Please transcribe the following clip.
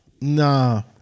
Nah